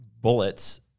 bullets